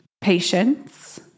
patience